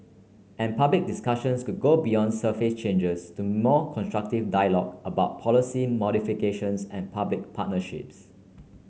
and public discussions could go beyond surface changes to more constructive dialogue about policy modifications and public partnerships